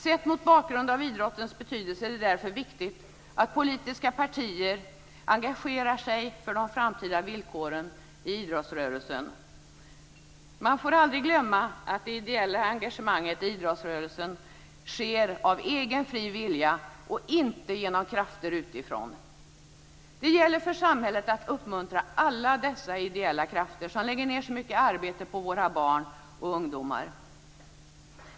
Sett mot bakgrund av idrottens betydelse är det därför viktigt att politiska partier engagerar sig för de framtida villkoren i idrottsrörelsen. Man får aldrig glömma att det ideella engagemanget i idrottsrörelsen sker av egen fri vilja och inte genom krafter utifrån. Det gäller för samhället att uppmuntra alla dessa ideella krafter, alla de som lägger ned så mycket arbete på våra barn och ungdomar.